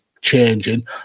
changing